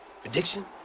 Prediction